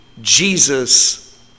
Jesus